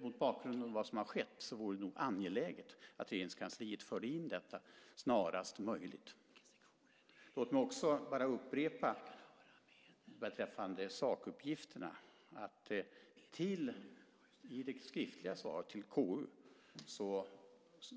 Mot bakgrund av vad som har skett vore det nog angeläget att Regeringskansliet förde in detta snarast möjligt. Låt mig också upprepa en sak beträffande sakuppgifterna. I det skriftliga svaret till KU